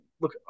look